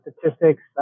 statistics